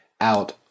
out